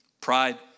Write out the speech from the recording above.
pride